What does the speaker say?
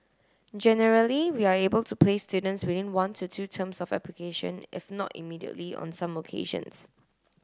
generally we are able to place students within one to two terms of application if not immediately on some occasions